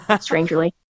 strangely